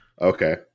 okay